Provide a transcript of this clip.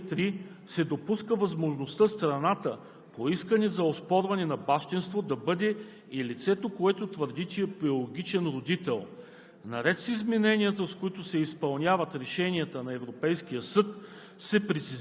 до изтичане на една година от узнаване на раждането. С промените в чл. 63 се допуска възможност страна по исковете за оспорване на бащинство да бъде и лицето, което твърди, че е биологичен родител.